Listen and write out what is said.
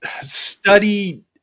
study